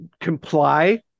Comply